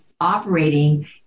operating